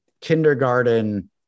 kindergarten